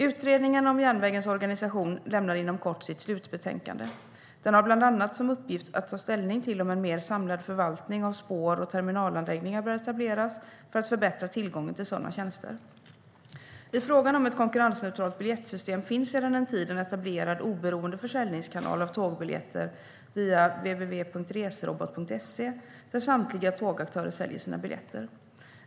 Utredningen om järnvägens organisation lämnar inom kort sitt slutbetänkande. Den har bland annat som uppgift att ta ställning till om en mer samlad förvaltning av spår och terminalanläggningar bör etableras för att förbättra tillgången till sådana tjänster. I fråga om ett konkurrensneutralt biljettsystem finns sedan en tid en etablerad oberoende försäljningskanal av tågbiljetter via www.resrobot.se där samtliga tågaktörer säljer sina biljetter.